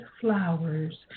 flowers